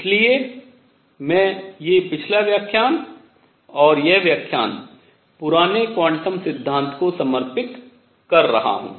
इसलिए मैं ये पिछला व्याख्यान और यह व्याख्यान पुराने क्वांटम सिद्धांत को समर्पित कर रहा हूँ